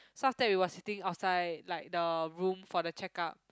so after that we were sitting outside like the room for the checkup